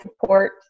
support